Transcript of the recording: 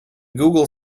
google